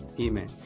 Amen